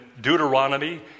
Deuteronomy